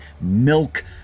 milk